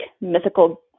mythical